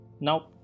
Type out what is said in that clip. Now